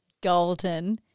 golden